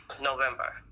November